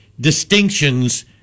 distinctions